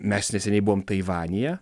mes neseniai buvom taivanyje